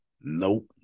nope